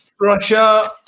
Russia